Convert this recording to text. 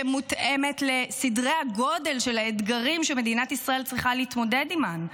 שמותאמת לסדרי הגודל של האתגרים שמדינת ישראל צריכה להתמודד עימם.